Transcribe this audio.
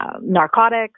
narcotics